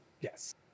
yes